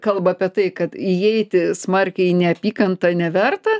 kalba apie tai kad įeiti smarkiai į neapykantą neverta